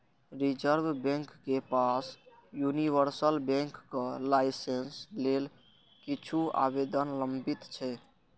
reserve Bank के पास universal बैंकक लाइसेंस लेल किछु आवेदन लंबित छै